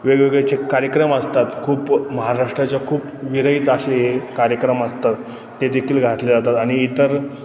वेगवेगळे जे कार्यक्रम असतात खूप महाराष्ट्राच्या खूप विरहीत असे हे कार्यक्रम असतात ते देखील घातले जातात आणि इतर